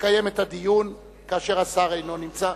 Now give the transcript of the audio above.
לקיים את הדיון כאשר השר אינו נמצא.